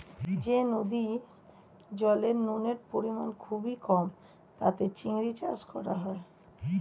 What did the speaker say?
যে নদীর জলে নুনের পরিমাণ খুবই কম তাতে চিংড়ির চাষ করা হয়